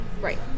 Right